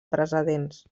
precedents